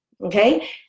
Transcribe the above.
okay